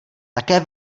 také